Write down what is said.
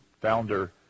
founder